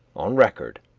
on record,